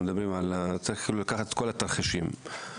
וצריך לקחת את כל התרחישים,